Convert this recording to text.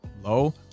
low